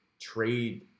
trade